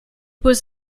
was